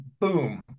boom